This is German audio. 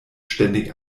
ständig